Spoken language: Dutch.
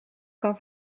kan